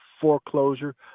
foreclosure